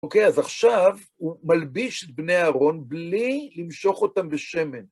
אוקיי, אז עכשיו הוא מלביש את בני אהרון בלי למשוח אותם בשמן.